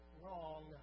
wrong